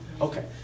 Okay